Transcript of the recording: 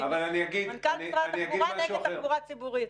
מנכ"ל משרד התחבורה נגד תחבורה ציבורית.